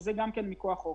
שזה גם כן מכוח חוק.